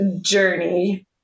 journey